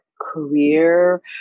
career